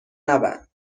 نبند